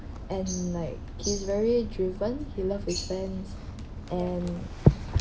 and like he's very driven he loves his fans and